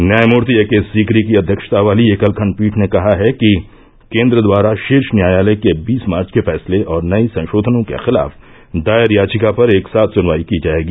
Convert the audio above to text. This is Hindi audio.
न्यायमूर्ति ए के सीकरी की अध्यक्षता वाली एकल खंडपीठ ने कहा कि केन्द्र द्वारा शीर्ष न्यायालय के बीस मार्च के फैसले और नये संशोधनों के खिलाफ दायर याचिका पर एक साथ सुनवाई की जायेगी